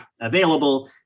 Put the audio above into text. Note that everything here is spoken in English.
available